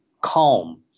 calm